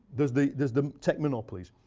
there's the there's the tech monopolies.